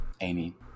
Amy